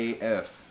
AF